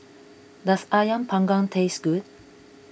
does Ayam Panggang taste good